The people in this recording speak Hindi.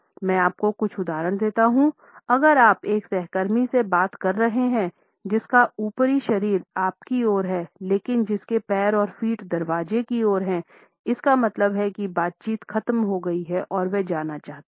मैं आपको कुछ उदाहरण देता हूं अगर आप एक सहकर्मी से बात कर रहे हैं जिसका ऊपरी शरीर आपकी ओर है लेकिन जिसके पैर और फ़ीट दरवाजे की ओर हैइसका मतलब कि बातचीत ख़त्म हो गई हैं और वह जाना चाहती है